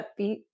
upbeat